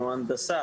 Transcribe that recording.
הנדסה,